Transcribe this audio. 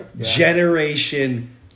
generation